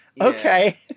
Okay